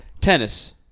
tennis